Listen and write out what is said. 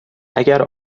اگر